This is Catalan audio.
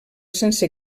sense